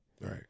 Right